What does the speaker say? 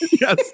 Yes